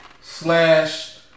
slash